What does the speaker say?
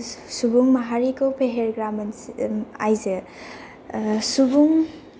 सुबुं माहारिखौ फेहेरग्रा मोनसे आयजो सुबुं